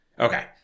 Okay